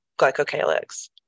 glycocalyx